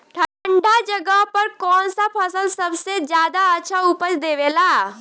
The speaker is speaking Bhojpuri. ठंढा जगह पर कौन सा फसल सबसे ज्यादा अच्छा उपज देवेला?